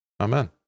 Amen